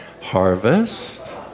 harvest